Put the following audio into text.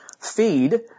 feed